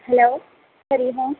hello Hari Om